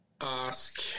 ask